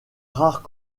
rares